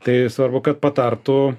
tai svarbu kad patartų